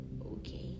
okay